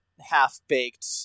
half-baked